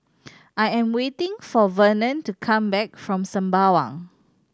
I am waiting for Vernon to come back from Sembawang